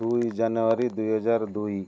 ଦୁଇ ଜାନୁଆରୀ ଦୁଇହଜାର ଦୁଇ